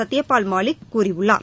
சத்யபால் மாலிக் கூறியுள்ளார்